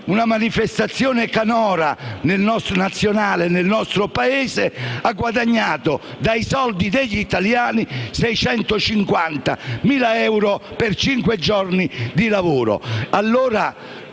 una manifestazione canora nazionale nel nostro Paese, ha guadagnato, dai soldi degli italiani, 650.000 euro per cinque giorni di lavoro?